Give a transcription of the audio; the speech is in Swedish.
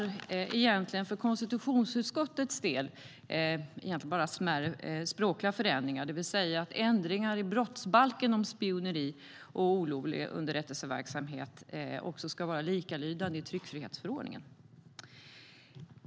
För konstitutionsutskottets del handlar det egentligen bara om smärre språkliga förändringar. Brotten spioneri och olovlig underrättelseverksamhet ska beskrivas på likalydande sätt i tryckfrihetsförordningen och brottsbalken.